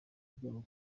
byabo